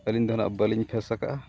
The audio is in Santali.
ᱟᱹᱞᱤᱧ ᱫᱚ ᱱᱟᱜ ᱵᱟᱹᱞᱤᱧ ᱯᱷᱮᱥ ᱟᱠᱟᱫᱟ